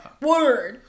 Word